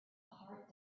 heart